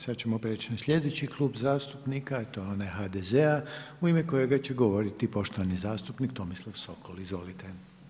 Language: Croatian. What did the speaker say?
Sad ćemo preći na slijedeći klub zastupnika, a to je onaj HDZ-a u ime kojega će govoriti poštovani zastupnik Tomislav Sokol, izvolite.